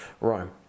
Rome